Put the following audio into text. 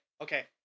okay